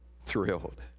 thrilled